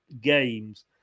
games